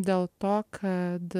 dėl to kad